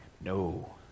No